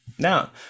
now